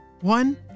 one